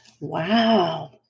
Wow